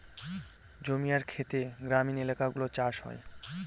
জমি আর খেতে গ্রামীণ এলাকাগুলো চাষ হয়